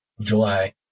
July